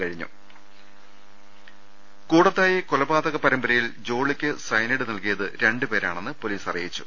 ദർശ്രമാ കൂടത്തായി കൊലപാതക പരമ്പരയിൽ ജോളിക്ക് സയനൈഡ് നൽകി യത് രണ്ടുപേരാണെന്ന് പൊലീസ് അറിയിച്ചു